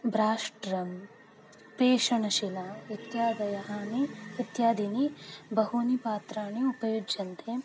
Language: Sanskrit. भ्राष्ट्रं पेषणशिला इत्यादीनि इत्यादीनि बहूनि पात्राणि उपयुज्यन्ते